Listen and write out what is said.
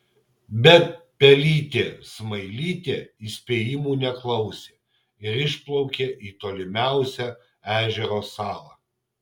bet pelytė smailytė įspėjimų neklausė ir išplaukė į tolimiausią ežero salą